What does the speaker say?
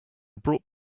bought